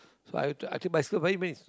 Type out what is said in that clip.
so too~ I take bicycle many many years